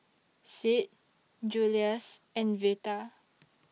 Sid Julious and Veta